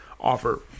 offer